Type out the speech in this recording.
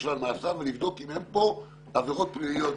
ומעשיו ולבדוק אם אין כאן עבירות פליליות.